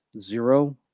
zero